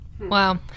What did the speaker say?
Wow